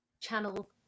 channel